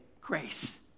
grace